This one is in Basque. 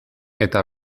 eta